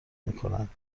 میکنند